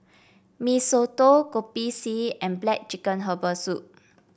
Mee Soto Kopi C and black chicken Herbal Soup